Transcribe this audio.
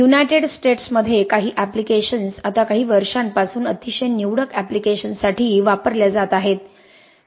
United स्टेट्समध्ये काही applications आता काही वर्षांपासून अतिशय निवडक एप्लिकेशन्ससाठी वापरल्या जात आहेत